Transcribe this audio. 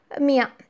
Mia